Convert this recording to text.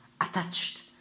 attached